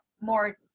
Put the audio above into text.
more